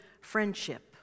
friendship